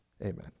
amen